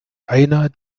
einer